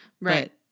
Right